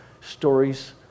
stories